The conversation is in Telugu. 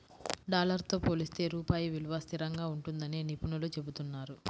డాలర్ తో పోలిస్తే రూపాయి విలువ స్థిరంగా ఉంటుందని నిపుణులు చెబుతున్నారు